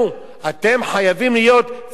אתם חייבים להיות צבא העם,